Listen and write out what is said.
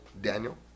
daniel